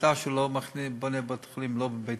עובדה שהוא לא בונה בתי-חולים לא בביתר